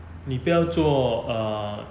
你不要做 err